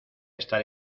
estar